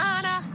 Anna